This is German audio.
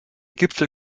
gipfel